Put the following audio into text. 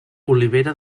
olivera